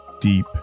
deep